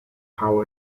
how